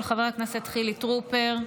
של חבר הכנסת חילי טרופר.